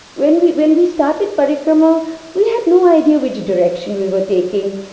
when we when we started parikrma we had no idea which direction we were taking.